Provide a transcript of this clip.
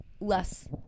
less